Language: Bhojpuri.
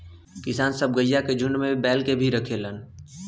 किसान सब गइया के झुण्ड में बैल के भी रखेलन